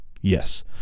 yes